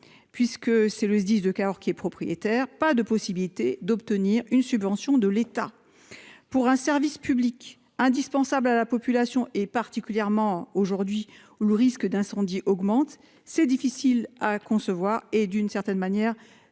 Puisque c'est le SDIS de Cahors qui est propriétaire, pas de possibilité d'obtenir une subvention de l'État. Pour un service public indispensable à la population est particulièrement aujourd'hui où le risque d'incendie augmente. C'est difficile à concevoir et d'une certaine manière